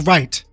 Right